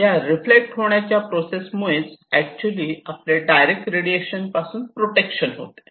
या रिफ्लेक्ट होणाऱ्या प्रोसेस मुळेच ऍक्च्युली आपले डायरेक्ट रेडिएशन पासून प्रोटेक्शन होते